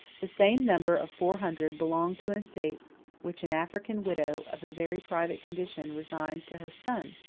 the same number of four hundred belonged to an estate which an african widow, of a very private condition, resigned to her son,